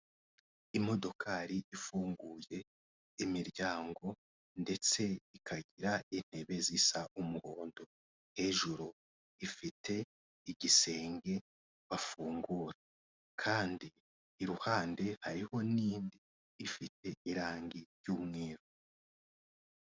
Imodokari ifunguye imiryango ndetse ikagira intebe zisa umuhondo, hejuru ifite igisenge bafungura kandi iruhande hariho n'indi ifite irangi ry'umweru.